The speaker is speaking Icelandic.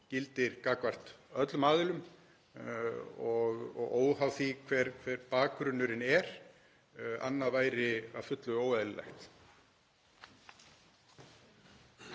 gildir gagnvart öllum aðilum og óháð því hver bakgrunnurinn er. Annað væri að fullu óeðlilegt.